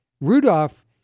Rudolph